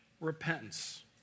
repentance